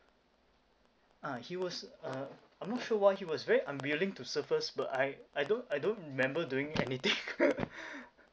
uh he was uh I'm not sure why he was very unwilling to serve us but I I don't I don't remember doing anything